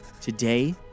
Today